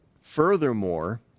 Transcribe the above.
furthermore